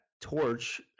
torch